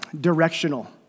directional